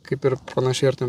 kaip ir panašiai ar ten